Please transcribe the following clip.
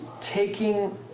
taking